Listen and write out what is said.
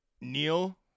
Neil